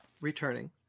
returning